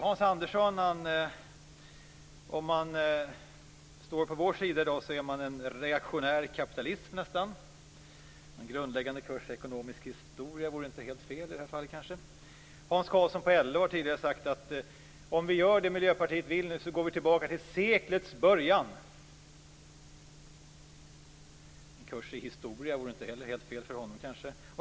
Hans Andersson sade att om man står på vår sida i dag så är man nästan en reaktionär kapitalist. En grundläggande kurs i ekonomisk historia vore kanske inte helt fel i det här fallet. Hans Karlsson på LO har tidigare sagt om vi gör det Miljöpartiet nu vill, går vi tillbaka till seklets början. En kurs i historia vore kanske inte helt fel för honom.